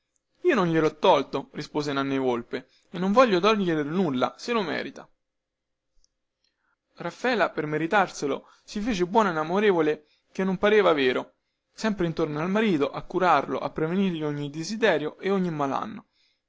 io non glielho tolto rispose nanni volpe e non voglio toglierle nulla se lo merita raffaela per meritarselo si fece buona ed amorevole che non pareva vero sempre intorno al marito a curarlo a prevenirgli ogni suo desiderio e ogni malanno